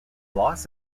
loss